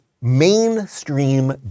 mainstream